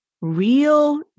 real